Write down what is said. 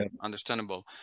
understandable